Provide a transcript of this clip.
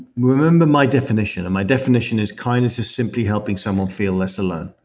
remember my definition. and my definition is kindness is simply helping someone feel less alone.